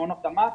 מעונות תמ"ת.